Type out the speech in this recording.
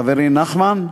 חברי נחמן.